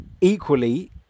equally